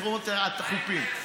בתחום החופים.